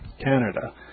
Canada